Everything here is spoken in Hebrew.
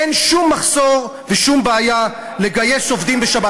אין שום מחסור ושום בעיה לגייס עובדים בשבת.